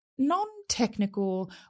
non-technical